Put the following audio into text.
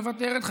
מוותרת,